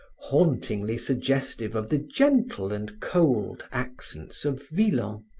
hauntingly suggestive of the gentle and cold accents of villon,